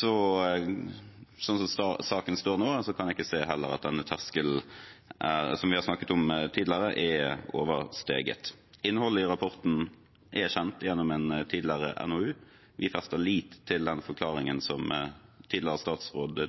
kan jeg – slik saken står nå – heller ikke se at den terskelen som vi har snakket om tidligere, er oversteget. Innholdet i rapporten er kjent gjennom en tidligere NOU. Vi fester lit til den forklaringen som tidligere statsråd